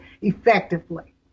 effectively